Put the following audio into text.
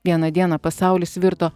vieną dieną pasaulis virto